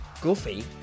Goofy